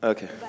Okay